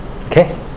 Okay